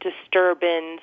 disturbance